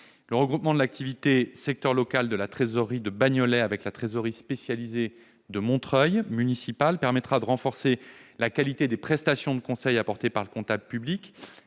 Le regroupement de l'activité « secteur local » de la trésorerie de Bagnolet avec la trésorerie spécialisée de Montreuil municipale permettra de renforcer la qualité des prestations de conseil apportées par le comptable public.